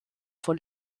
von